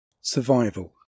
Survival